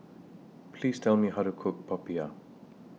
Please Tell Me How to Cook Popiah